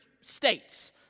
states